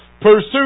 Pursue